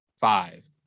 Five